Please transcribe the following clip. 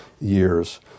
years